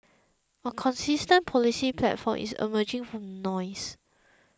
a consistent policy platform is emerging from the noise